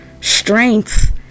strength